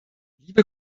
liebe